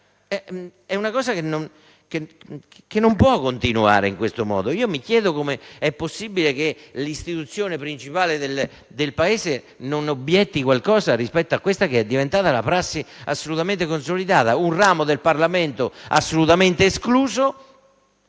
confrontarci. Non si può continuare in questo modo. Mi chiedo come sia possibile che l'Istituzione principale del Paese non obietti qualcosa rispetto a questa prassi che è diventata assolutamente consolidata: un ramo del Parlamento resta assolutamente escluso